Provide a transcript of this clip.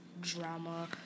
drama